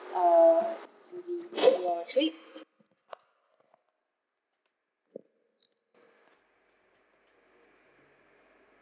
uh to the from your trip